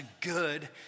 good